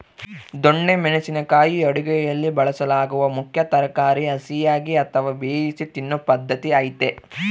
ದೊಣ್ಣೆ ಮೆಣಸಿನ ಕಾಯಿ ಅಡುಗೆಯಲ್ಲಿ ಬಳಸಲಾಗುವ ಮುಖ್ಯ ತರಕಾರಿ ಹಸಿಯಾಗಿ ಅಥವಾ ಬೇಯಿಸಿ ತಿನ್ನೂ ಪದ್ಧತಿ ಐತೆ